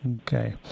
Okay